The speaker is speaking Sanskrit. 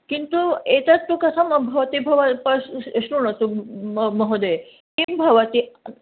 किन्तु एतत्तु कथम् भवति भवत् पश् श्रुणोतु म महोदय किं भवति